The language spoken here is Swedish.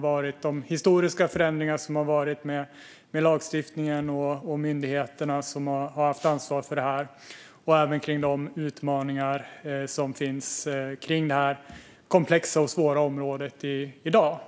både de historiska förändringar som skett när det gäller lagstiftningen och de myndigheter som haft ansvar för detta och de utmaningar som finns på detta komplexa och svåra område i dag.